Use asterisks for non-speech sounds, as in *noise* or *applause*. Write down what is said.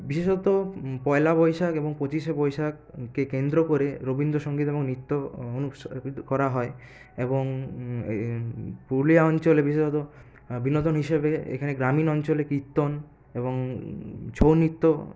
বিশেষত পয়লা বৈশাখ এবং পঁচিশে বৈশাখকে কেন্দ্র করে রবীন্দ্রসঙ্গীত এবং নৃত্য অনু *unintelligible* করা হয় এবং পুরুলিয়া অঞ্চলে বিশেষত বিনোদন হিসাবে এখানে গ্রামীণ অঞ্চলে কীর্তন এবং ছৌ নৃত্য